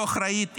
לא אחראית,